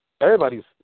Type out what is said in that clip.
everybody's